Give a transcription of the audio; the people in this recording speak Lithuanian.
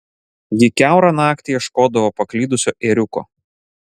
ji kiaurą naktį ieškodavo paklydusio ėriuko